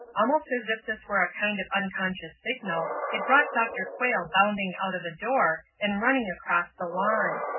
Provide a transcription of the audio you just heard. almost as if this were a kind of unconscious signal, it brought dr. quayle bounding out of a door and running across the lawn.